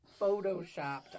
photoshopped